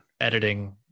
editing